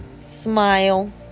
smile